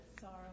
Sorrow